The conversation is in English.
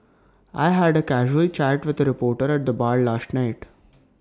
I had A casual chat with A reporter at the bar last night